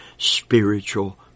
spiritual